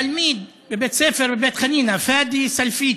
תלמיד בבית-הספר בבית-חנינא, פאדי סלפיתי,